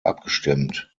abgestimmt